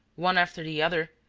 one after the other,